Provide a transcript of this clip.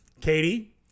Katie